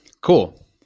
cool